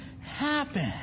happen